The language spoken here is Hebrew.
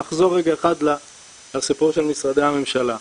נחזור רגע אחד לסיפור של משרדי הממשלה.